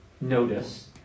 notice